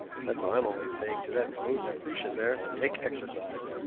that's what i'm always saying to that rosicrucian there take exercise.